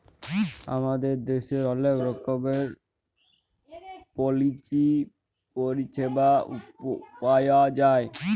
আমাদের দ্যাশের অলেক রকমের পলিচি পরিছেবা পাউয়া যায়